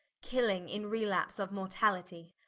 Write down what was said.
killing in relapse of mortalitie.